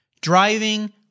driving